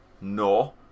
No